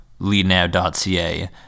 leadnow.ca